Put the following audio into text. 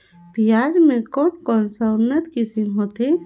पियाज के कोन कोन सा उन्नत किसम होथे?